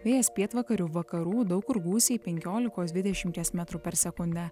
vėjas pietvakarių vakarų daug kur gūsiai penkiolikos dvidešimties metrų per sekundę